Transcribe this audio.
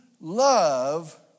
love